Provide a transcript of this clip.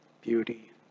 beauty